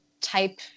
type